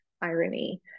irony